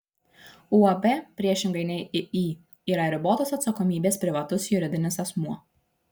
uab priešingai nei iį yra ribotos atsakomybės privatus juridinis asmuo